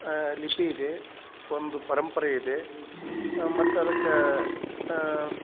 ಲಿಪಿ ಇದೆ ಒಂದು ಪರಂಪರೆ ಇದೆ ಮತ್ತದಕ್ಕೆ